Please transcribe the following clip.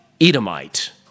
Edomite